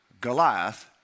Goliath